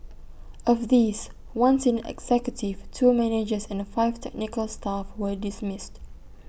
of these one senior executive two managers and five technical staff were dismissed